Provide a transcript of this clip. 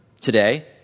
today